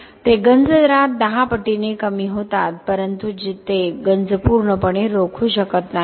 ते गंज दरात दहा पटीने कमी होतात परंतु ते गंज पूर्णपणे रोखू शकत नाहीत